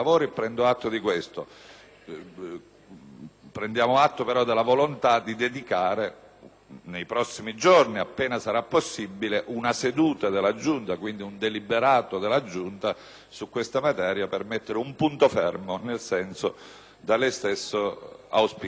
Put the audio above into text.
prendiamo anche atto, però, della volontà di dedicare nei prossimi giorni, appena sarà possibile, una seduta della Giunta, per avere quindi un deliberato della medesima, su questa materia per mettere un punto fermo nel senso da lei stesso auspicato. Insisto invece sul punto che